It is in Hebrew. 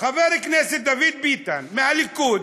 חבר הכנסת דוד ביטן מהליכוד,